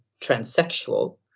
transsexual